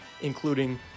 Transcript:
including